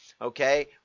Okay